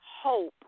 hope